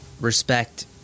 respect